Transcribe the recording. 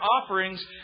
offerings